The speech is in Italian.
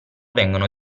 vengono